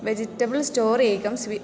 vegetable store एकं स्वी